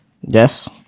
Yes